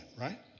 right